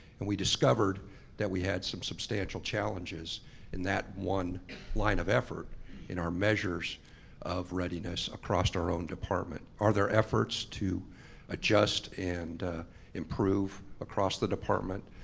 and we discovered that we had some substantial challenges in that one line of effort in our measures of readiness across our own department. are there efforts to adjust and improve across the department,